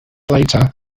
later